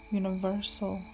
universal